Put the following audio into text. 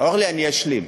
אני אשלים.